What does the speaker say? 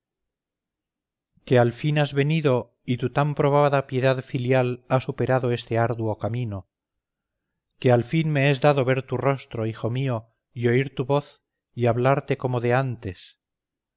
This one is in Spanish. que al fin has venido y tu tan probada piedad filial ha superado este arduo camino que al fin me es dado ver tu rostro hijo mío y oír tu voz y hablarte como de antes